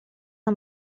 она